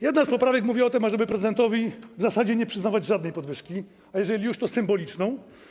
Jedna z poprawek mówi o tym, żeby prezydentowi w zasadzie nie przyznawać żadnej podwyżki, a jeżeli już, to symboliczną.